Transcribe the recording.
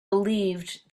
believed